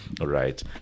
right